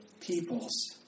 peoples